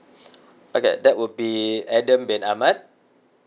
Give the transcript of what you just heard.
okay that will be adam bin ahmad